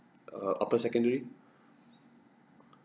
err upper secondary